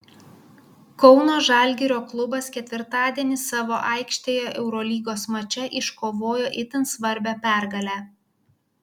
kauno žalgirio klubas ketvirtadienį savo aikštėje eurolygos mače iškovojo itin svarbią pergalę